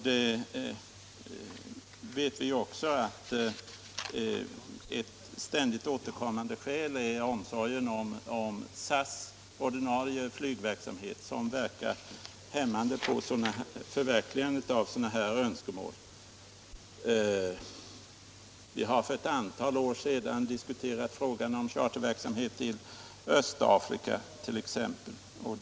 Vi vet också att ett ständigt återkommande skäl härför är omsorgen om SAS ordinarie flygverksamhet. Den medför att önskemål om rätt till charterflygningar ofta inte förverkligas. Vi har för ett antal år sedan diskuterat frågan om charterflyg till t.ex. Östafrika.